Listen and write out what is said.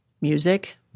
music